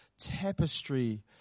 tapestry